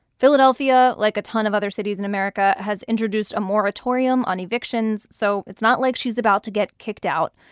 philadelphia, like a ton of other cities in america, has introduced a moratorium on evictions. so it's not like she's about to get kicked out.